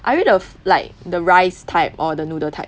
are you the f~ like the rice type or the noodle type